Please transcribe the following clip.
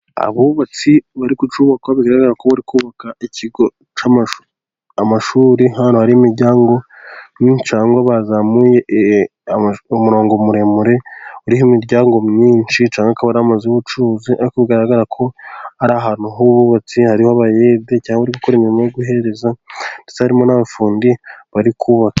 Abubatsi bari ku cyubakwa ,bigaragara ko bari kubaka ikigo cy' amashuri, nk'ahantu hari imiryango myinshi ,cyangwa bazamuye umurongo muremure uriho imiryango myinshi, cyangwa akaba ari amazu y'ubucuruzi, ariko bigaragara ko ari ahantu h'ubwubatsi , hariho abayede cyangwa bari gukora imirimo yo guhereza, hari n'abafundi bari kubaka.